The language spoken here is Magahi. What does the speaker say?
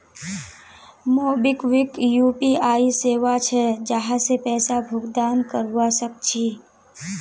मोबिक्विक यू.पी.आई सेवा छे जहासे पैसा भुगतान करवा सक छी